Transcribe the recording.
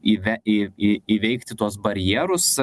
įve į į įveikti tuos barjerus